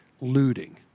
looting